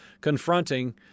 confronting